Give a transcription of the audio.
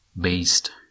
based